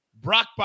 Brock